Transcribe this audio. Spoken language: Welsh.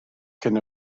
cyn